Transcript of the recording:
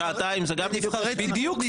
שעתיים זה גם בדיוק?